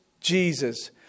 Jesus